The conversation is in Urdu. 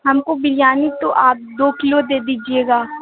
ہم کو بریانی تو آپ دو کلو دے دیجیے گا